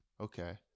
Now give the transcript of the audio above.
okay